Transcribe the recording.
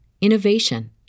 innovation